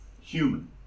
human